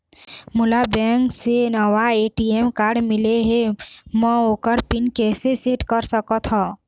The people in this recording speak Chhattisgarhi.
मोला बैंक से नावा ए.टी.एम कारड मिले हे, म ओकर पिन कैसे सेट कर सकत हव?